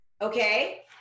okay